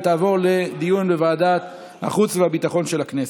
ותעבור לדיון בוועדת החוץ והביטחון של הכנסת.